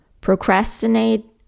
procrastinate